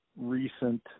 recent